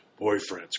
boyfriends